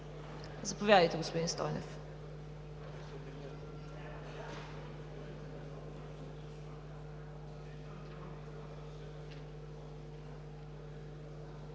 Заповядайте, господин Стойнев.